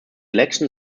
election